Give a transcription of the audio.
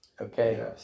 okay